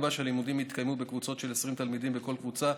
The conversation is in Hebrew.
נקבע שהלימודים יתקיימו בקבוצות של 20 תלמידים בכל קבוצה,